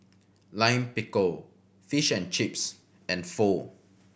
Lime Pickle Fish and Chips and Pho